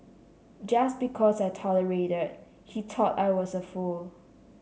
just because I tolerated he thought I was a fool